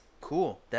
cool